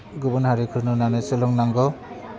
गुबुन हारिफोरखौ नुनानै सोलोंनांगौ जोंनि